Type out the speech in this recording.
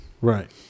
right